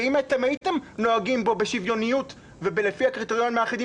ואם אתם הייתם נוהגים בו בשוויוניות ולפי הקריטריונים האחידים,